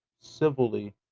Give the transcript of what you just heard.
civilly